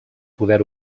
poder